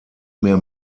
mehr